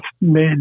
made